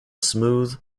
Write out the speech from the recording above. smooth